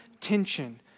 tension